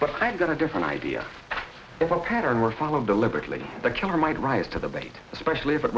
but i'm going to different idea if a pattern were followed deliberately the killer might rise to the bait especially if it